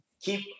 keep